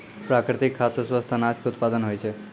प्राकृतिक खाद सॅ स्वस्थ अनाज के उत्पादन होय छै